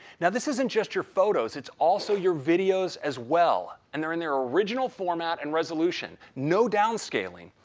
now, this isn't just your photos, it's also your videos as well. and they're on their original format and resolution. no downscaling.